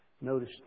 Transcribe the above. Notice